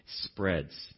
spreads